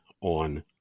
on